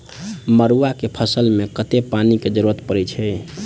मड़ुआ केँ फसल मे कतेक पानि केँ जरूरत परै छैय?